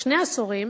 שני עשורים